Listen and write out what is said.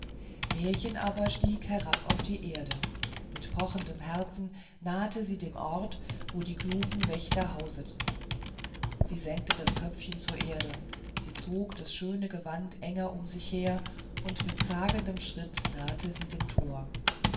märchen aber stieg herab auf die erde mit pochendem herzen nahte sie dem ort wo die klugen wächter hauseten sie senkte das köpfchen zur erde sie zog das schöne gewand enger um sich her und mit zagendem schritt nahte sie dem tor